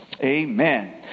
Amen